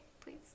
please